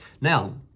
Now